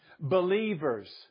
Believers